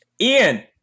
Ian